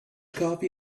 coffee